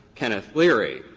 kenneth leary,